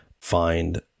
find